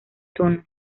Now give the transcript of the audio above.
tono